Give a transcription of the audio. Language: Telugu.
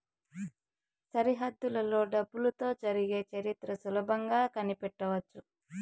సరిహద్దులలో డబ్బులతో జరిగే చరిత్ర సులభంగా కనిపెట్టవచ్చు